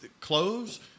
clothes